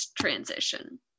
transition